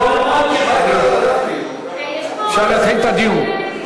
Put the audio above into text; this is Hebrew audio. אפשר להתחיל את הדיון.